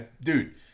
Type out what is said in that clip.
dude